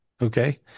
Okay